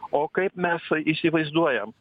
o kaip mes įsivaizduojam